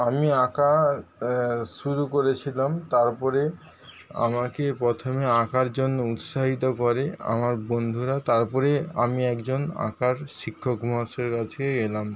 আমি আঁকা শুরু করেছিলাম তারপরে আমাকে প্রথমে আঁকার জন্য উৎসাহিত করে আমার বন্ধুরা তারপরেই আমি একজন আঁকার শিক্ষক মহাশয়ের কাছে এলাম